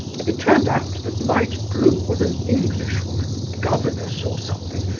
it turned out that light blue was an englishwoman, governess or something,